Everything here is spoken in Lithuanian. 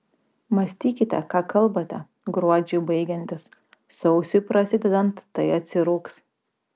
mąstykite ką kalbate gruodžiui baigiantis sausiui prasidedant tai atsirūgs